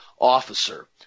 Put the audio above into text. officer